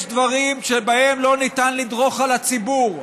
יש דברים שבהם לא ניתן לדרוך על הציבור,